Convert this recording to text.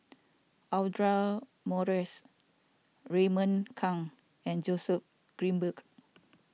Audra Morrice Raymond Kang and Joseph Grimberg